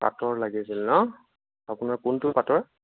পাটৰ লাগিছিল ন আপোনাৰ কোনটো পাটৰ